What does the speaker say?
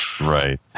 Right